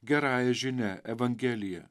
gerąja žinia evangelija